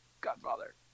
godfather